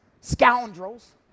scoundrels